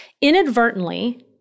inadvertently—